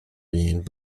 being